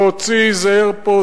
להוציא זעיר-פה,